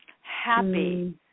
happy